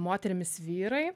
moterimis vyrai